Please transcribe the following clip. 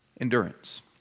endurance